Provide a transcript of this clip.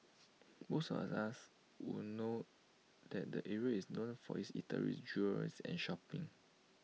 most of us would know that the area is known for its eateries jewellers and shopping